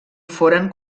foren